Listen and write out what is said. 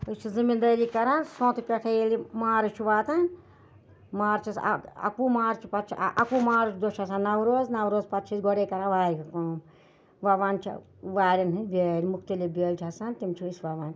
أسۍ چھِ زٔمیٖندٲری کَران سونٛتہٕ پٮ۪ٹھَے ییٚلہِ مارٕچ چھُ واتان مارچَس اَکہٕ وُہ مارچہٕ پَتہٕ چھُ اَکہٕ مارٕچ دۄہ چھِ آسان نَوروز نَوروز پَتہٕ چھِ أسۍ گۄڈَے کَران وارِ ہِنٛز کٲم وَوان چھِ وارٮ۪ن ہِنٛدۍ بیٛٲلۍ مختلف بیٛٲلۍ چھِ آسان تِم چھِ أسۍ وَوان